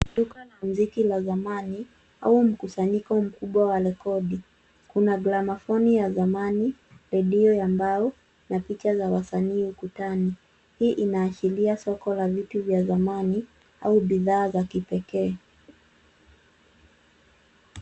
Duka la mziki la zamani au mkusanyiko mkubwa wa rekodi. Kuna gramafoni ya zamani, redio ya mbao na picha za wasanii ukutani. Hii inaashiria soko la vitu vya zamani au bidhaa za kipekee.